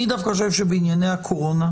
אני דווקא חושב בענייני הקורונה,